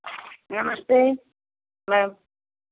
नमस्ते मैम